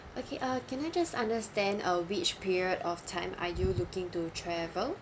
okay uh can I just understand uh which period of time are you looking to travel